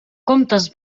comptes